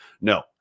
No